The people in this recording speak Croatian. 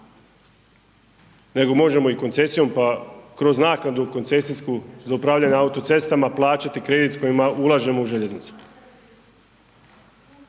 nego možemo i koncesijom pa kroz naknadu koncesijsku za upravljanje autocestama plaćati kredit s kojima ulažemo u željeznicu.